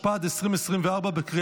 חברת הכנסת אורית פרקש,